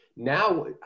Now